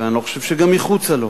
ואני לא חושב שגם מחוץ לו,